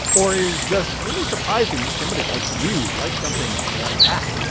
or is just really surprising that somebody like you like something like that.